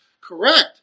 correct